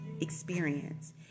experience